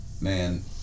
Man